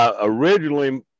originally